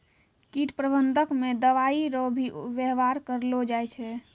कीट प्रबंधक मे दवाइ रो भी वेवहार करलो जाय छै